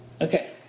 okay